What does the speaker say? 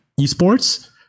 esports